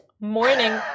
morning